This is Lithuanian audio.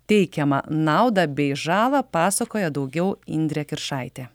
teikiamą naudą bei žalą pasakoja daugiau indrė kiršaitė